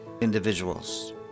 individuals